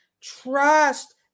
Trust